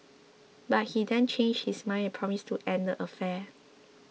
but he then changed his mind and promised to end the affair